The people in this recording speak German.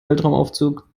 weltraumaufzug